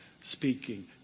speaking